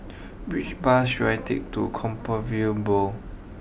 which bus should I take to Compassvale Bow